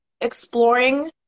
exploring